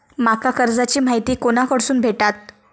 माका कर्जाची माहिती कोणाकडसून भेटात?